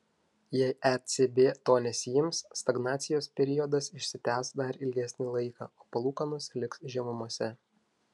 jei ecb to nesiims stagnacijos periodas išsitęs dar ilgesnį laiką o palūkanos liks žemumose